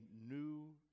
new